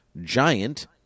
Giant